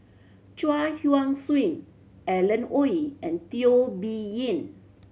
Chuang Hui Tsuan Alan Oei and Teo Bee Yen